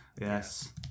yes